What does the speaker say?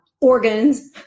organs